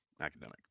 academic